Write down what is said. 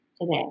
today